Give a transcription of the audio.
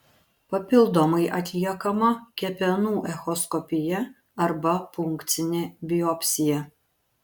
papildomai atliekama kepenų echoskopija arba punkcinė biopsija